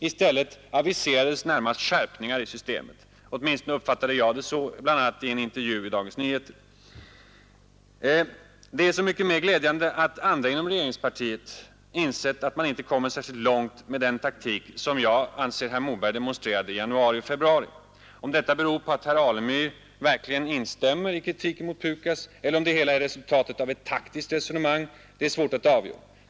I stället aviserades närmast skärpningar i systemet. Åtminstone uppfattade jag det så, bl.a. av en intervju i Dagens Nyheter. Det är så mycket mera glädjande att andra inom regeringspartiet insett att man inte kommer särskilt långt med den taktik som jag anser att herr Moberg demonstrerade i januari och februari. Om detta beror på att herr Alemyr verkligen instämmer i kritiken mot PUKAS eller om det hela är resultatet av ett taktiskt resonemang är svårt att avgöra.